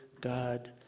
God